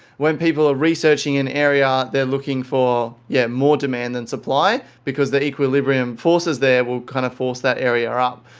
when people are researching an area, they're looking for yeah more demand than supply because the equilibrium forces there will kind of force that area up.